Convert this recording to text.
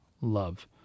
love